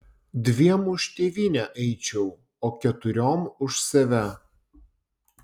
dviem už tėvynę eičiau o keturiom už save